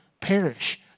perish